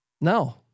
No